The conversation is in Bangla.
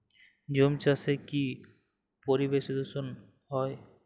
ঝুম চাষে কি পরিবেশ দূষন হয়?